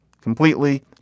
completely